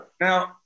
Now